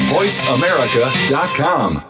VoiceAmerica.com